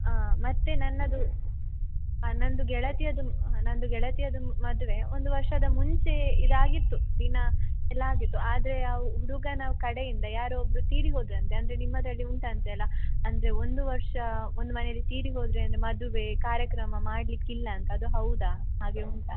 ಹಾಂ ಮತ್ತೆ ನನ್ನದು ಹಾಂ ನನ್ನದು ಗೆಳತಿಯದು ನನ್ನದು ಗೆಳತಿಯದು ಮದುವೆ ಒಂದು ವರ್ಷದ ಮುಂಚೆಯೇ ಇದಾಗಿತ್ತು ದಿನ ಎಲ್ಲ ಆಗಿತ್ತು ಆದರೆ ಆ ಹುಡುಗನ ಕಡೆಯಿಂದ ಯಾರೋ ಒಬ್ಬರು ತೀರಿ ಹೋದರಂತೆ ಅಂದರೆ ನಿಮ್ಮದರಲ್ಲಿ ಉಂಟಂತೆ ಅಲ್ಲಾ ಅಂದರೆ ಒಂದು ವರ್ಷ ಒಂದು ಮನೇಲಿ ತೀರಿ ಹೋದರೆ ಅಂದರೆ ಮದುವೆ ಕಾರ್ಯಕ್ರಮ ಮಾಡಲಿಕಿಲ್ಲ ಅಂತ ಅದು ಹೌದಾ ಹಾಗೆ ಉಂಟಾ